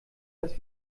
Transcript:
dass